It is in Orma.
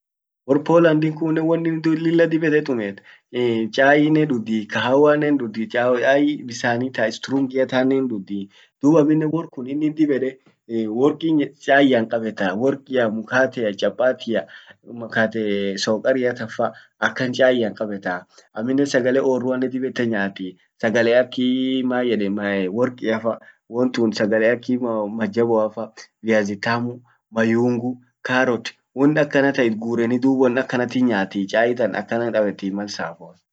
Wor Polandin kunnen won innin dib ede tumiet chainen dudhi, kahawannen dudhi, chai bisani taisturungia tannen hindudhi. Dub amminen wor kun inin dib ede worki chaian kabeta, workia, mkatea, chapatia, mkate sokariatan fa akan chaian kabea. amminen sagake orruannen dib ede nyaati, sagale akii mayeden orkiafa, wontun sagale aki mo majaboafa, viazi tamu mayungu, carrot ,won akana tan itgureni, dub won akanatin nyaati chaitan akanan kabetii mal saffoa.